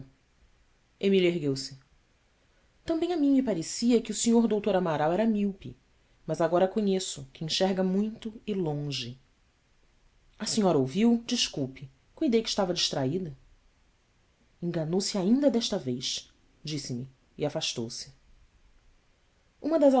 emília ergueu-se também a mim me parecia que o sr dr amaral era míope mas agora conheço que enxerga muito e longe a senhora ouviu desculpe cuidei que estava distraída enganou-se ainda desta vez disse-me e afastou-se uma das